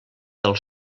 del